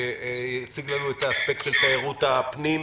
שיציג לנו את האספקט של תיירות הפנים.